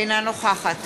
אינה נוכחת